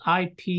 IP